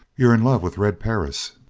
you're in love with red perris!